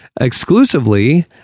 exclusively